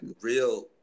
real